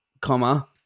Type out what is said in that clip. comma